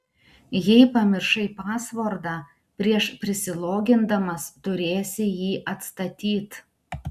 jei pamiršai pasvordą prieš prisilogindamas turėsi jį atstatyt